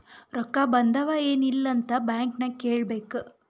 ರೊಕ್ಕಾ ಬಂದಾವ್ ಎನ್ ಇಲ್ಲ ಅಂತ ಬ್ಯಾಂಕ್ ನಾಗ್ ಕೇಳಬೇಕ್